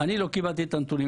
אני לא קיבלתי את הנתונים.